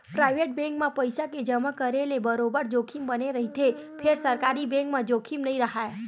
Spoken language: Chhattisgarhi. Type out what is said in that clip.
पराइवेट बेंक म पइसा के जमा करे ले बरोबर जोखिम बने रहिथे फेर सरकारी बेंक म जोखिम नइ राहय